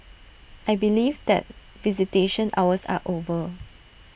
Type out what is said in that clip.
I believe that visitation hours are over